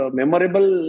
memorable